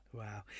wow